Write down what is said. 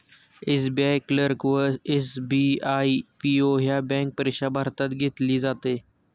SBI clerk व SBI PO ह्या bank परीक्षा भारतात घेतली जाते